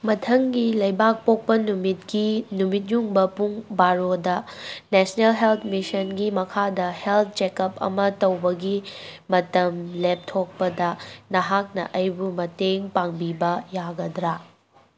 ꯃꯊꯪꯒꯤ ꯂꯩꯕꯥꯛ ꯄꯣꯛꯄ ꯅꯨꯃꯤꯠꯀꯤ ꯅꯨꯃꯤꯠ ꯌꯨꯡꯕ ꯄꯨꯡ ꯕꯥꯔꯣꯗ ꯅꯦꯁꯅꯦꯜ ꯍꯦꯜꯠ ꯃꯤꯁꯟ ꯒꯤ ꯃꯈꯥꯗ ꯍꯦꯜꯠ ꯆꯦꯛꯑꯞ ꯑꯃ ꯇꯧꯕꯒꯤ ꯃꯇꯝ ꯂꯦꯞꯊꯣꯛꯄꯗ ꯅꯍꯥꯛꯅ ꯑꯩꯕꯨ ꯃꯇꯦꯉ ꯄꯥꯡꯕꯤꯕ ꯌꯥꯒꯗ꯭ꯔꯥ